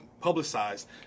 publicized